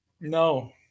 No